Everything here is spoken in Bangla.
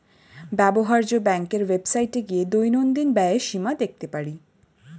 ব্যবহার্য ব্যাংকের ওয়েবসাইটে গিয়ে দৈনন্দিন ব্যয়ের সীমা দেখতে পারি